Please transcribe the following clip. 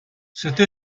cette